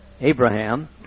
Abraham